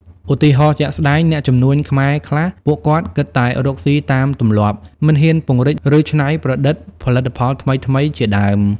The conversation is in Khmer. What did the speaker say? ឧទាហរណ៍ជាក់ស្តែង អ្នកជំនួញខ្មែរខ្លះ ពួកគាត់គិតតែរកស៊ីតាមទម្លាប់ មិនហ៊ានពង្រីក ឬច្នៃប្រឌិតផលិតផលថ្មីៗជាដើម។